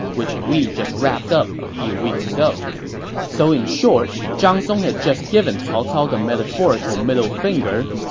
which we just wrapped up a few weeks ago so in short, zhang song had just given cao cao the metaphorical middle finger.